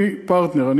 אני פרטנר,